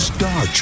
Star